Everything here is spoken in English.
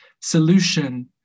solution